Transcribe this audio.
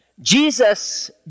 Jesus